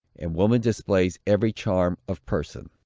and woman displays every charm of person.